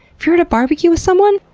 if you're at a barbeque with someone,